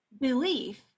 belief